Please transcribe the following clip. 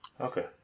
Okay